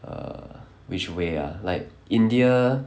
err which way ah like india